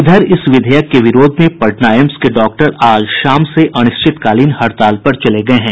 इधर इस विधेयक के विरोध में पटना एम्स के डॉक्टर आज शाम से अनिश्चितकालीन हड़ताल पर चले गये हैं